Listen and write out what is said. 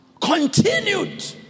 continued